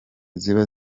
ziba